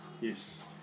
Yes